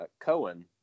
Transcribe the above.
Cohen